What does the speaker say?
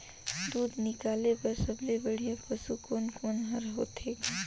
दूध निकाले बर सबले बढ़िया पशु कोन कोन हर होथे ग?